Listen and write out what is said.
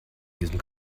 diesem